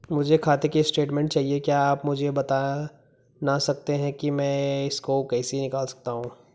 मुझे खाते की स्टेटमेंट चाहिए क्या आप मुझे बताना सकते हैं कि मैं इसको कैसे निकाल सकता हूँ?